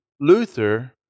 Luther